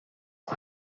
dot